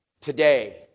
today